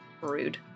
Rude